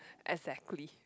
exactly